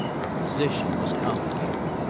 our position was complicated.